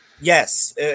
yes